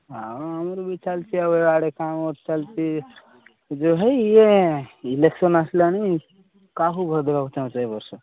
ହଁ ଆମର ବି ଚାଲଛି ଆଉ ଇଆଡ଼େ କାମ ଚାଲିଛି ଯେ ଭାଇ ଇଏ ଇଲେକ୍ସନ୍ ଆସିଲାଣି କାହାକୁ ଭୋଟ୍ ଦେବାକୁ ଚାହୁଁଛ ଏବର୍ଷ